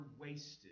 wasted